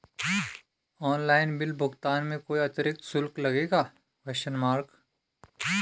Online bill भुगतान में कोई अतिरिक्त शुल्क लगेगा?